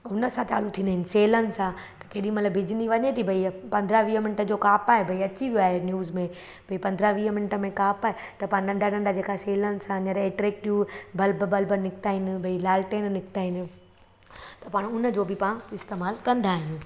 हुन सां चालू थींदा आहिनि सेलनि सां त केॾीमहिल बिजली वञे थी भई इअ पंदरहां वीह मिंट जो कापा ई भई अची वियो आहे न्यूज़ में भई पंदरहां वीह मिंट में काप त पाण नंढा नंढा जेका सेलनि सां नीरे बल्ब बल्ब निकिता आहिनि भई लाल्टेन निकिता आहिनि त पाण उन जो बि पाण इस्तेमालु कंदा आहियूं